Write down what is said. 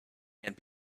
and